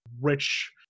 rich